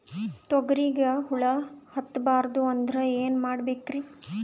ತೊಗರಿಗ ಹುಳ ಹತ್ತಬಾರದು ಅಂದ್ರ ಏನ್ ಮಾಡಬೇಕ್ರಿ?